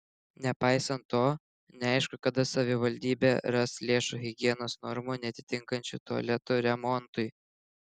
nepaisant to neaišku kada savivaldybė ras lėšų higienos normų neatitinkančių tualetų remontui